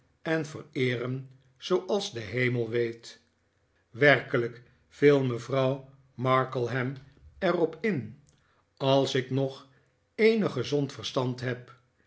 en vereeren zooals de hemelj weet werkelijk viel mevrouw marklehamj er op in als ik nog eenig gezond verstand heb